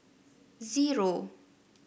zero